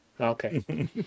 okay